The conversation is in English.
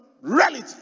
reality